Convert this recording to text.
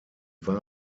war